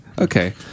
Okay